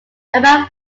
about